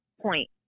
point